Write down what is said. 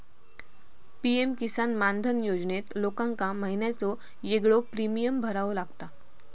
PM Kisan Maandhan योजनेत लोकांका महिन्याचो येगळो प्रीमियम भरावो लागता